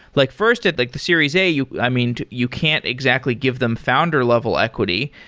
like first at like the series a you i mean, you can't exactly give them founder level equity,